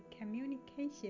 communication